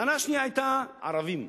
הטענה השנייה היתה ערבים.